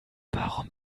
warum